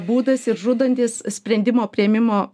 būdas ir žudantis sprendimo priėmimo